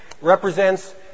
represents